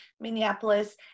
Minneapolis